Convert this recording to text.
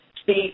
speak